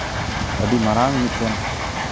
ᱟᱹᱰᱤ ᱢᱟᱨᱟᱝ ᱢᱤᱫᱴᱮᱱ